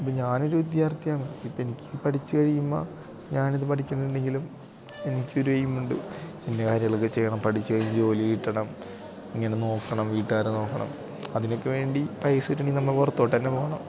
ഇപ്പോള് ഞാനൊരു വിദ്യാർത്ഥിയാണ് ഇപ്പോള് എനിക്ക് പഠിച്ചുകഴിയുമ്പോള് ഞാനിതു പഠിക്കുന്നുണ്ടെങ്കിലും എനിക്കൊരെയ്മുണ്ട് എൻ്റെ കാര്യങ്ങളൊക്കെ ചെയ്യണം പഠിച്ചു കഴിഞ്ഞ് ജോലി കിട്ടണം ഇങ്ങനെ നോക്കണം വീട്ടുകാരെ നോക്കണം അതിനൊക്ക വേണ്ടി പൈസ കിട്ടണമെങ്കില് നമ്മള് പുറത്തോട്ടുതന്നെ പോകണം